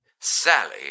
Sally